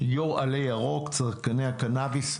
יו"ר עלה ירוק, צרכני הקנאביס.